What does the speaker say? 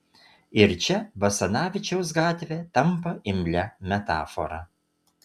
ir čia basanavičiaus gatvė tampa imlia metafora